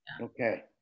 Okay